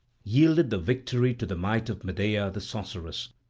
yielded the victory to the might of medea the sorceress.